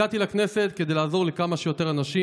הגעתי לכנסת כדי לעזור לכמה שיותר אנשים